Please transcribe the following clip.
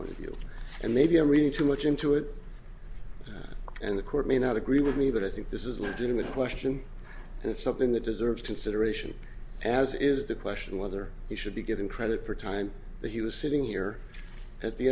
view and maybe i'm reading too much into it and the court may not agree with me but i think this is not jim a question and it's something that deserves consideration as is the question whether he should be given credit for time that he was sitting here at the